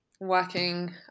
working